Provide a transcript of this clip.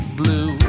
blue